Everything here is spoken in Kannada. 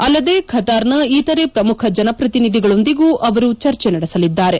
ಅಲ್ಲದೇ ಖತಾರ್ನ ಇತರೆ ಪ್ರಮುಖ ಜನಪ್ರತಿನಿಧಿಗಳೊಂದಿಗೂ ಅವರು ಚರ್ಚೆ ನಡೆಸಲಿದ್ದಾರೆ